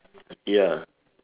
ya